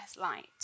light